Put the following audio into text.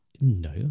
No